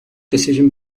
decision